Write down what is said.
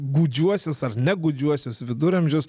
gūdžiuosius ar negūdžiuosius viduramžius